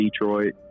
Detroit